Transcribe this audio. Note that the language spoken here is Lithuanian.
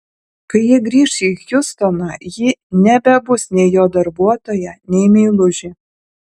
kai jie grįš į hjustoną ji nebebus nei jo darbuotoja nei meilužė